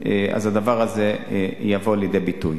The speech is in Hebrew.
הדבר הזה יבוא לידי ביטוי.